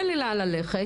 אין לי לאן ללכת,